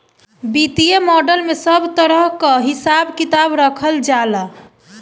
वित्तीय मॉडल में सब तरह कअ हिसाब किताब रखल जाला